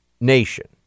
nation